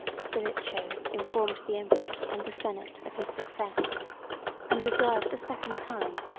stilicho informed the emperor and the senate of his success and deserved, a second time,